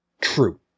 True